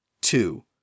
Two